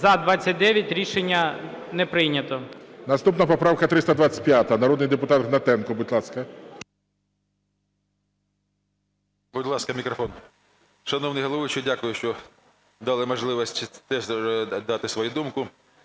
За-29 Рішення не прийнято.